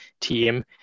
team